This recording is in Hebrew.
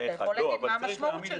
לא, אבל אתה יכול להגיד מה המשמעות של זה.